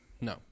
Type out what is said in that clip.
No